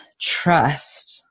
trust